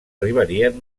arribarien